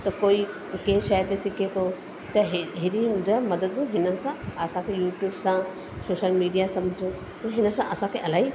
त कोई कंहिं शइ ते सिखे थो त हे हेड़ी जो आहे मदद हिन सां असांखे यूट्यूब सां सोशल मीडिया सां समुझो त हिन सां असांखे इलाही